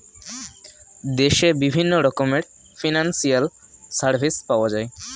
দেশে বিভিন্ন রকমের ফিনান্সিয়াল সার্ভিস পাওয়া যায়